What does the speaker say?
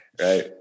right